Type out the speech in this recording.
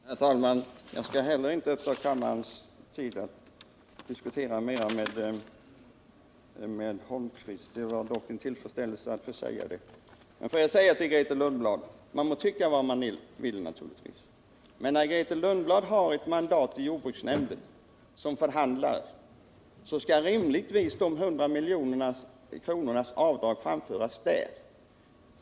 Herr talman! Jag skall heller inte uppta kammarens tid genom att diskutera mera med Eric Holmqvist. Det var dock en tillfredsställelse att få säga det jag sade. Man må tycka vad man vill, Grethe Lundblad, men när Grethe Lundblad har ett mandat i jordbruksnämnden som förhandlare skall rimligtvis kravet på de 100 miljonerna i avdrag framföras där.